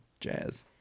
jazz